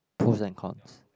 pros and cons